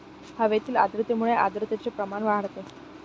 हवेतील आर्द्रतेमुळे आर्द्रतेचे प्रमाण वाढते